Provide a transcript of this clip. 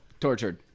Tortured